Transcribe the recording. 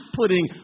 putting